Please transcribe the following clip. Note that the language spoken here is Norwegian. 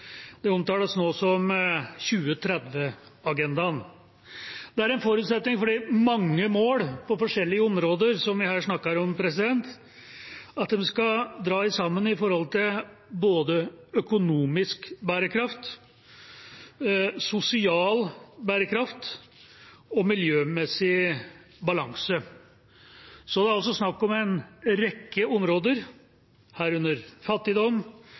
Det omtales nå som 2030-agendaen. Det er en forutsetning for de mange mål på forskjellige områder vi her snakker om, at de skal dra sammen når det gjelder både økonomisk bærekraft, sosial bærekraft og miljømessig balanse. Det er snakk om en rekke områder, herunder fattigdom,